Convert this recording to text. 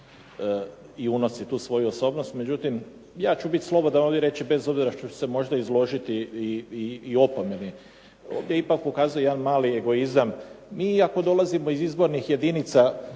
i unosi tu svoju osobnost, međutim ja ću biti ovdje sloboda bez obzira što ću se možda ovdje izložiti i opomeni. Ovdje je ipak ukazuje jedna mali egoizam. Mi ako dolazimo iz izbornih jedinIca